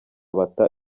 bata